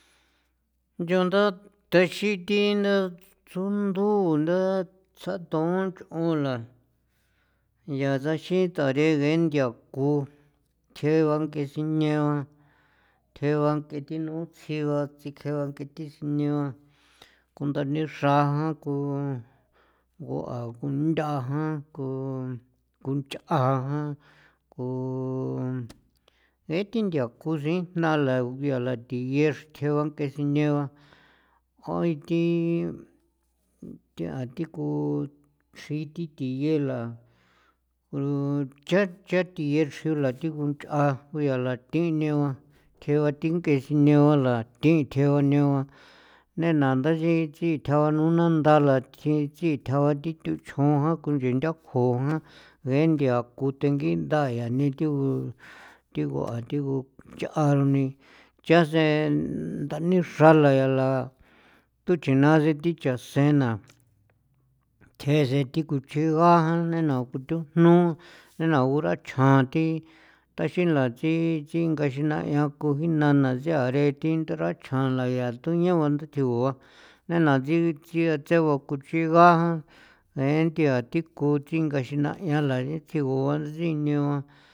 Nchon nda thexin thi naa tsunduu nda tsjaton nch'on la yaa chasin taree ngee nthia ku thjee ba ng'ee sineo ba thjee ba que thi thinoo tsji ba tsjikjee ba que thi sine ba kunda nixra jan ku ngo'an nguntha'a jan knu kunch'aa jan, kun jee thi nthia ku sin jnala ngu yala thiye xrthe ba nk'e sine ba jai thi a thi ku xrji thi thiye la ro cha cha thiye xrila thigu nch'a nguya la thi neba thje ba think'e sine ba la thi thje ba ne ba nena ndaxi sithja ba nunanda la chichithja ba thi thochjon jan kunche ntathjon jan ngee nthia ku thengin nda yaa ne thigu thigu a thigu cha'a ni chaseen ndani xrala yala toche na thi chasena thjee sen thi ku chigajan nena ku thujnu nena ngurachjan thi taxin la tsi tsinga xina' ian ku ji nana siare thi ndarachjan la yaa tuñao nda thigua nena thi tsia cha ba ku kuchigajan ngee nthia thi ku tsingaxi na yala tsigua thi sine ba.